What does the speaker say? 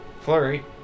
flurry